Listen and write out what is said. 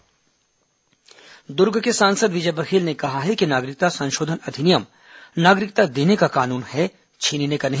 नागरिकता संशोधन कानून द्र्ग के सांसद विजय बघेल ने कहा है कि नागरिकता संशोधन अधिनियम नागरिकता देने का कानून है छीनने का नहीं